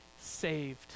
saved